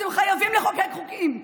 אתם חייבים לחוקק חוקים.